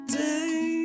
day